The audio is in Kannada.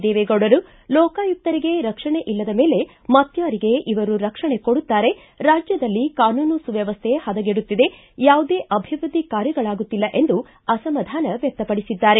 ದೇವೇಗೌಡರು ಲೋಕಾಯುಕ್ತರಿಗೇ ರಕ್ಷಣೆ ಇಲ್ಲದ ಮೇಲೆ ಮತ್ತಾರಿಗೆ ಇವರು ರಕ್ಷಣೆ ಕೊಡುತ್ತಾರೆ ರಾಜ್ಯದಲ್ಲಿ ಕಾನೂನು ಸುವ್ವವಸ್ಥೆ ಹದಗೆಡುತ್ತಿದೆ ಯಾವುದೇ ಅಭಿವೃದ್ದಿ ಕಾರ್ಯಗಳಾಗುತ್ತಿಲ್ಲ ಎಂದು ಅಸಮಾಧಾನ ವ್ಯಕ್ತಪಡಿಸಿದ್ದಾರೆ